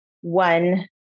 one